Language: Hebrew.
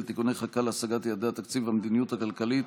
(תיקוני חקיקה להשגת יעדי התקציב והמדיניות הכלכלית